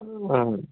ആ